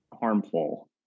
harmful